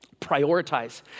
prioritize